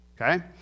Okay